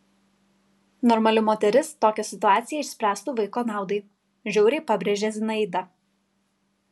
normali moteris tokią situaciją išspręstų vaiko naudai žiauriai pabrėžė zinaida